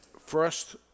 first